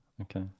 Okay